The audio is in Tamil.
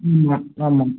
ஆமாம்